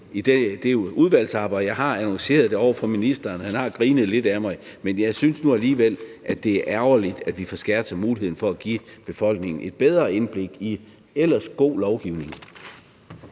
med i udvalgsarbejdet, og jeg har annonceret det over for ministeren. Han har grinet lidt ad mig, men jeg synes nu alligevel, det er ærgerligt, at vi afskærer os fra muligheden for at give befolkningen et bedre indblik i ellers god lovgivning.